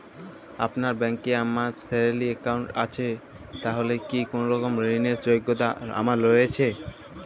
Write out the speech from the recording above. আপনার ব্যাংকে আমার স্যালারি অ্যাকাউন্ট আছে তাহলে কি কোনরকম ঋণ র যোগ্যতা আমার রয়েছে?